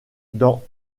dans